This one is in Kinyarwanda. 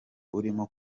urimo